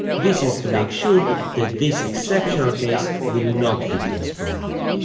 this is to make sure that this exceptional case will not be transposed.